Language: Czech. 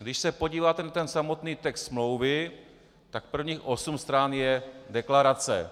Když se podíváte na ten samotný text smlouvy, tak prvních osm stran je deklarace.